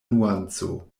nuanco